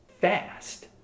fast